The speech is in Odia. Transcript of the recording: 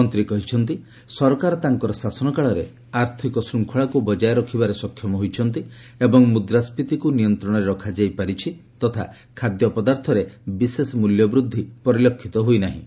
ମନ୍ତ୍ରୀ କହିଛନ୍ତି ଯେ ସରକାର ତାଙ୍କର ଶାସନକାଳରେ ଆର୍ଥିକ ଶୃଙ୍ଖଳାକୁ ବଜାୟ ରଖିବାରେ ସକ୍ଷମ ହୋଇଛନ୍ତି ଏବଂ ମୁଦ୍ରାସ୍କୀତିକୁ ନିୟନ୍ତ୍ରଣରେ ରଖାଯାଇ ପାରିଛି ତଥା ଖାଦ୍ୟପଦାର୍ଥରେ ବିଶେଷ ମୂଲ୍ୟ ବୃଦ୍ଧି ପରିଲକ୍ଷିତ ହୋଇନାହିଁ